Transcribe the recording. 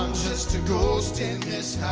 just a ghost in this